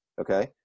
okay